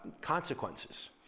consequences